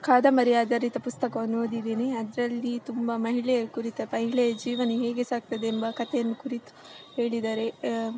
ಕಾದಂಬರಿ ಆಧಾರಿತ ಪುಸ್ತಕವನ್ನು ಓದಿದ್ದೀನಿ ಅದರಲ್ಲಿ ತುಂಬ ಮಹಿಳೆಯ ಕುರಿತ ಮಹಿಳೆಯ ಜೀವನ ಹೇಗೆ ಸಾಗ್ತದೆ ಎಂಬ ಕತೆಯನ್ನು ಕುರಿತು ಹೇಳಿದ್ದಾರೆ